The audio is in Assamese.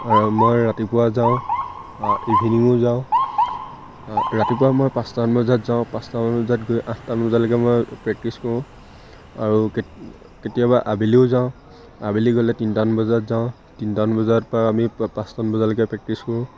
আৰু মই ৰাতিপুৱা যাওঁ ইভিনিঙো যাওঁ ৰাতিপুৱা মই পাঁচটামান বজাত যাওঁ পাঁচটামান বজাত গৈ আঠটামান বজালৈকে মই প্ৰেক্টিছ কৰোঁ আৰু কেতিয়াবা আবেলিও যাওঁ আবেলি গ'লে তিনিটামান বজাত যাওঁ তিনিটামান বজাৰপৰা আমি পাঁচটামান বজালৈকে প্ৰেক্টিছ কৰোঁ